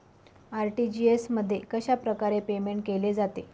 RTGS मध्ये कशाप्रकारे payment केले जाते?